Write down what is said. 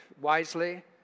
wisely